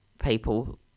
people